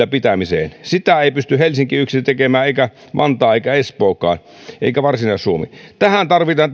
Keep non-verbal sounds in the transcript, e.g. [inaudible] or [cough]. tämän talouskasvun ylläpitämiseen sitä ei pysty helsinki yksin tekemään eikä vantaa eikä espookaan eikä varsinais suomi näihin velkojenmaksutalkoisiin tarvitaan [unintelligible]